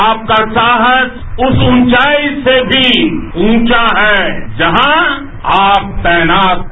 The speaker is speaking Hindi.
आपका साहस उस ऊंचाई से भी ऊंचा है जहां आप तैनात हैं